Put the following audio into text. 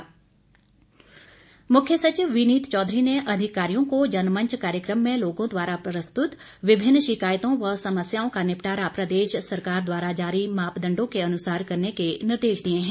मुख्य सचिव मुख्य सचिव विनीत चौधरी ने अधिकारियों को जनमंच कार्यक्रम में लोगों द्वारा प्रस्तुत विभिन्न शिकायतों व समस्याओं का निपटारा प्रदेश सरकार द्वारा जारी मापदंडों के अनुसार करने के निर्देश दिए हैं